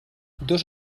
dos